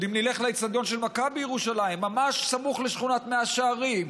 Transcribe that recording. אם נלך עוד לאצטדיון של מכבי ירושלים אז ממש סמוך לשכונת מאה שערים,